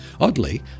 Oddly